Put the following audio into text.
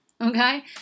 okay